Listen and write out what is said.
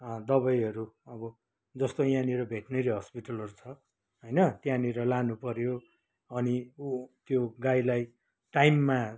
दबाईहरू अब जस्तो यहाँनिर भेट्नेरी हस्पिटलहरू छ होइन त्यहाँनिर लानुपऱ्यो अनि उत्यो गाईलाई टाइममा